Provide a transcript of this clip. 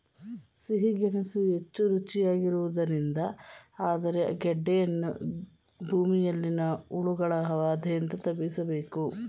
ಸಿಹಿ ಗೆಣಸು ಹೆಚ್ಚು ರುಚಿಯಾಗಿರುವುದರಿಂದ ಆದರೆ ಗೆಡ್ಡೆಯನ್ನು ಭೂಮಿಯಲ್ಲಿನ ಹುಳಗಳ ಬಾಧೆಯಿಂದ ತಪ್ಪಿಸಬೇಕು